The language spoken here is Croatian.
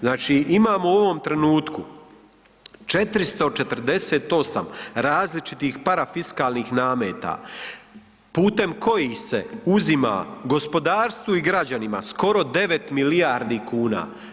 Znači, imamo u ovom trenutku 448 različitih parafiskalnih nameta putem kojih se uzima gospodarstvu i građanima skoro 9 milijardi kuna.